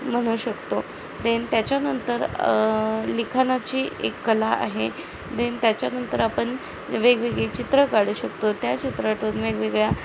म्हणू शकतो देन त्याच्यानंतर लिखाणाची एक कला आहे देन त्याच्यानंतर आपण वेगवेगळी चित्र काढू शकतो त्या चित्रातून वेगवेगळ्या